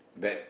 bad